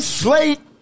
slate